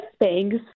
Thanks